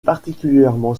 particulièrement